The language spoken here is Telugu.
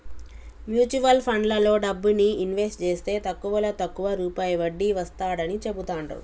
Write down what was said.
మ్యూచువల్ ఫండ్లలో డబ్బుని ఇన్వెస్ట్ జేస్తే తక్కువలో తక్కువ రూపాయి వడ్డీ వస్తాడని చెబుతాండ్రు